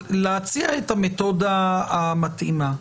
להציע את המתודה המתאימה.